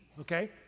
okay